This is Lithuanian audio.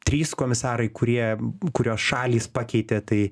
trys komisarai kurie kurios šalys pakeitė tai